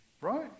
right